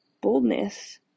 boldness